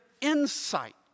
insight